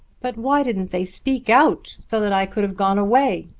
but why didn't they speak out, so that i could have gone away?